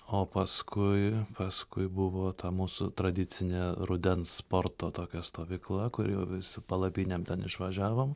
o paskui paskui buvo ta mūsų tradicinė rudens sporto tokia stovykla kur jau vis su palapinėm ten išvažiavom